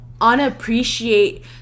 unappreciate